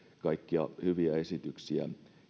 kaikkia hyviä esityksiä